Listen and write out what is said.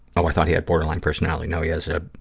oh, i thought he had borderline personality. no, he has ah